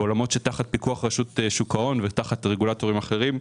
בעולמות שתחת פיקוח רשות שוק ההון ותחת רגולטורים אחרים,